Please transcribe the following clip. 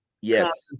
yes